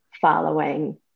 following